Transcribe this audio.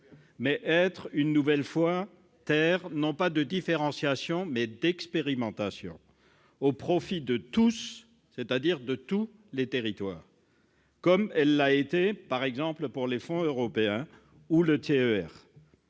mais être une nouvelle fois terre non pas de différenciation, mais d'expérimentation au profit de tous, c'est-à-dire de tous les territoires, comme elle l'a été pour les fonds européens ou le TER.